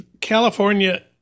California